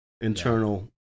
internal